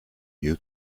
you